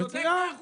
צודק מאה אחוז.